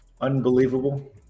unbelievable